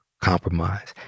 compromise